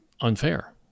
unfair